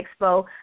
expo